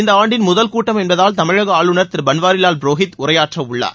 இந்த ஆண்டின் முதல் கூட்டம் என்பதால் தமிழக ஆளுநர் திரு பன்வாரிலால் புரோஹித் உரையாற்ற உள்ளார்